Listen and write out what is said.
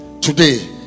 today